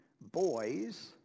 boys